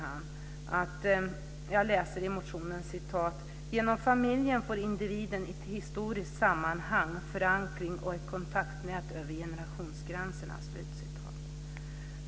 Jag läser ur motionen: "Genom familjen får individen ett historiskt sammanhang, förankring och ett kontaktnät över generationsgränserna".